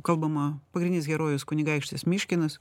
kalbama pagrindinis herojus kunigaikštis miškinas